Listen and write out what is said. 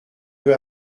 peu